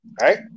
right